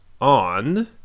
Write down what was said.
on